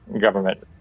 government